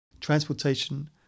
transportation